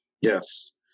Yes